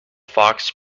fox